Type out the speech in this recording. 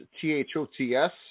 T-H-O-T-S